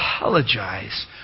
apologize